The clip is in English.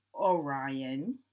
Orion